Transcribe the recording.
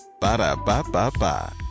Ba-da-ba-ba-ba